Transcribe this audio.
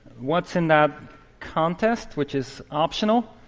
once in that contest, which is optional,